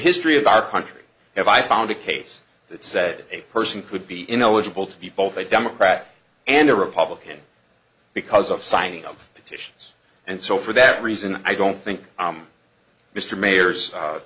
history of our country if i found a case that said a person could be ineligible to be both a democrat and a republican because of signing of petitions and so for that reason i don't think mr mayor's